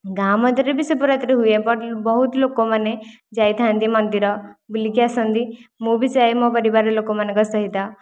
ଗାଁ ମଧ୍ୟରେ ବି ଶିବରାତ୍ରି ହୁଏ ବହୁତ ଲୋକମାନେ ଯାଇଥାନ୍ତି ମନ୍ଦିର ବୁଲିକି ଆସନ୍ତି ମୁଁ ବି ଯାଏ ମୋ ପରିବାର ଲୋକମାନଙ୍କ ସହିତ